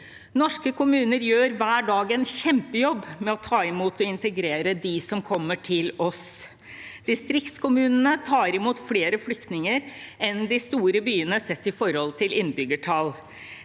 Norske kommuner gjør hver dag en kjempejobb med å ta imot og integrere dem som kommer til oss. Distriktskommunene tar imot flere flyktninger enn de store byene sett i forhold til innbyggertall.